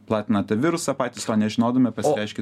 platina tą virusą patys to nežinodami pasireiškia